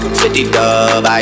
50-dub